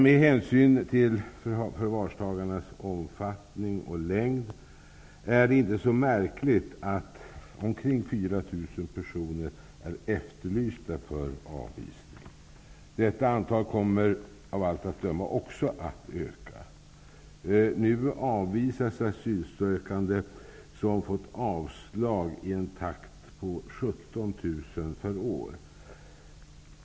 Med hänsyn till förvarstagandets omfattning och längd är det inte så märkligt att ca 4 000 personer är efterlysta för att de skall avvisas. Också detta antal kommer att öka. Nu avvisas asylsökande som har fått avslag i en takt på 17 000 per år.